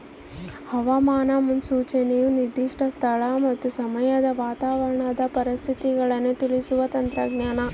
ಹವಾಮಾನ ಮುನ್ಸೂಚನೆಯು ನಿರ್ದಿಷ್ಟ ಸ್ಥಳ ಮತ್ತು ಸಮಯದ ವಾತಾವರಣದ ಪರಿಸ್ಥಿತಿಗಳನ್ನು ತಿಳಿಸುವ ತಂತ್ರಜ್ಞಾನ